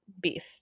beef